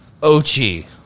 Ochi